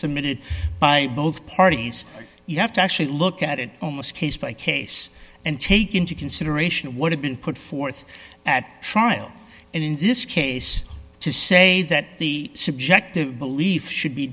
submitted by both parties you have to actually look at it almost case by case and take into consideration what have been put forth at trial and in this case to say that the subjective belief should be